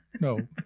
no